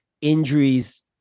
injuries